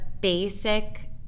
basic